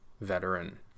veteran